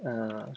uh